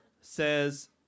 says